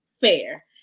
Fair